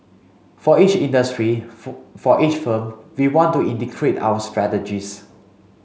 for each industry for each firm we want to integrate our strategies